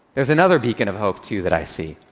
there's another beacon of hope, too, that i see.